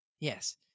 Yes